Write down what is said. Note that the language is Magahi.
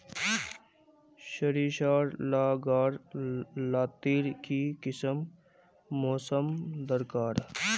सरिसार ला गार लात्तिर की किसम मौसम दरकार?